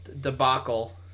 debacle